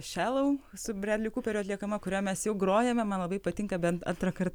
šialau su breli kuperio atliekama kurią mes jau grojame man labai patinka bent antrąkart